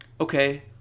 okay